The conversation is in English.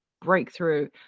breakthrough